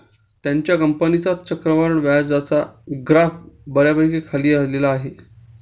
त्याच्या कंपनीचा चक्रवाढ व्याजाचा ग्राफ बऱ्यापैकी खाली आलेला आहे